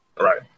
Right